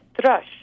thrush